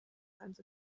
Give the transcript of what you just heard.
times